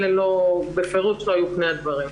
אלה בפירוש לא היו פני הדברים.